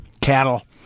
cattle